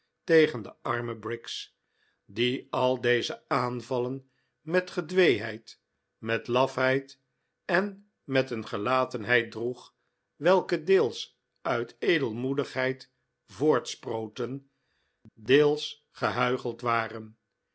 tegen de arme briggs die al deze aanvallen met gedweeheid met laf heid en met een gelatenheid droeg welke deels uit edelmoedigheid voortsproten deels gehuicheld waren